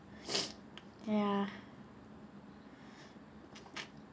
ya